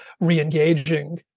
re-engaging